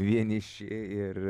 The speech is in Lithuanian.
vieniši ir